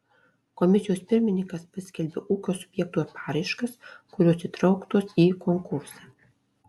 komisijos pirmininkas paskelbia ūkio subjektų paraiškas kurios įtrauktos į konkursą